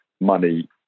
money